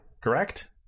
correct